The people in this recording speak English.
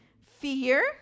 Fear